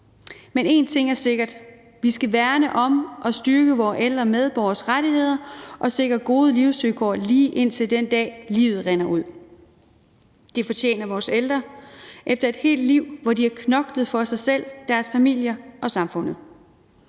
Men en ting er sikker: Vi skal værne om og styrke vores ældre medborgeres rettigheder og sikre gode livsvilkår, lige indtil den dag livet rinder ud. Det fortjener vores ældre efter et helt liv, hvor de har knoklet for sig selv, deres familier og samfundet.